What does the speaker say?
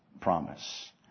promise